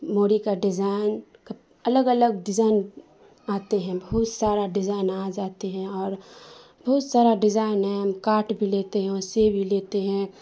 مہری کا ڈیزائن الگ الگ ڈیزائن آتے ہیں بہت سارا ڈیزائن آ جاتے ہیں اور بہت سارا ڈیزائن ہیں ہم کاٹ بھی لیتے ہیں اور سی بھی لیتے ہیں